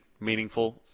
meaningful